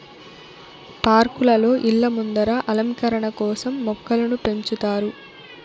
పార్కులలో, ఇళ్ళ ముందర అలంకరణ కోసం మొక్కలను పెంచుతారు